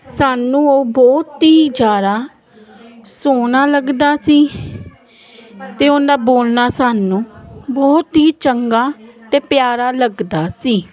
ਸਾਨੂੰ ਉਹ ਬਹੁਤ ਹੀ ਜ਼ਿਆਦਾ ਸੋਹਣਾ ਲੱਗਦਾ ਸੀ ਅਤੇ ਉਹਦਾ ਬੋਲਣਾ ਸਾਨੂੰ ਬਹੁਤ ਹੀ ਚੰਗਾ ਅਤੇ ਪਿਆਰਾ ਲੱਗਦਾ ਸੀ